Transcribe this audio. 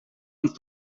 amb